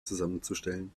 zusammenzustellen